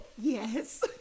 Yes